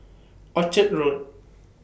Orchard Road